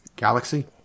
Galaxy